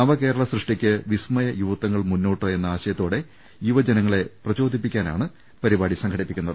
നവകേരള സൃഷ്ടിക്ക് വിസ്മയ യുവത്വങ്ങൾ മുന്നോട്ട് എന്ന ആശയത്തോടെ യുവജനങ്ങളെ പ്രചോദിപ്പിക്കാനാണ് പരിപാടി സംഘടിപ്പിക്കുന്നത്